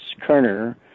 Kerner